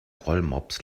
rollmops